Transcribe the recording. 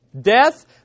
Death